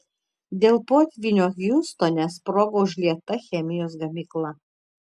dėl potvynio hjustone sprogo užlieta chemijos gamykla